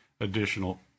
additional